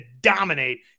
dominate